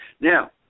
Now